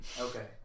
Okay